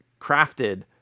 Crafted